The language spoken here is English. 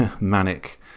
manic